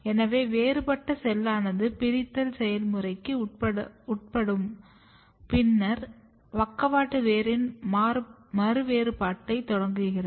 எனவே வேறுபட்ட செல்லானது பிரித்தல் செயல்முறைக்கு உட்பட்டும் பின்னர் பக்கவாட்டு வேரின் மறுவேறுபாட்டைத் தொடங்குகிறது